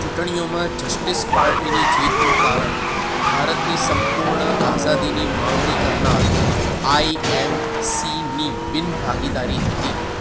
ચૂંટણીઓમાં justice પાર્ટીની જીતનું કારણ ભારતની સંપૂર્ણ આઝાદીની માંગણી કરનાર આઈ એન સી ની બિનભાગીદારી હતી